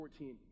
14